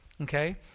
okay